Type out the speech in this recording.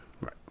Right